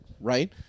right